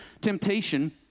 temptation